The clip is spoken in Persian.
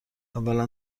اولا